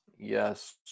yes